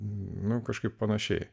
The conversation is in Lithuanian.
nu kažkaip panašiai